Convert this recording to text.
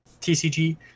TCG